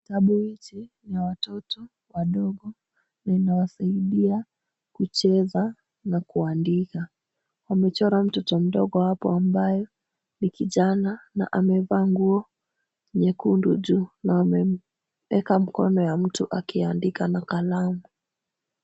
Kitabu hiki ni ya watoto wadogo na inawasaidia kucheza na kuandika. Wamechora mtoto mdogo hapo ambaye ni kijana na amevaa nguo nyekundu juu na wameeka mkono ya mtu akiandika na kalamu.